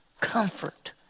comfort